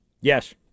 Yes